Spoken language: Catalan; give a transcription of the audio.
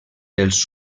els